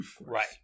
Right